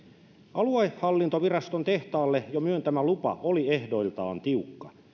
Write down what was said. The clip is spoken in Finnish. aluehallintoviraston tehtaalle jo myöntämä lupa oli ehdoiltaan tiukka